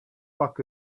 fuck